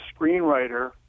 screenwriter